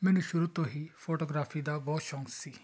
ਮੈਨੂੰ ਸ਼ੁਰੂ ਤੋਂ ਹੀ ਫੋਟੋਗ੍ਰਾਫ਼ੀ ਦਾ ਬਹੁਤ ਸ਼ੌਂਕ ਸੀ